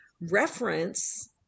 reference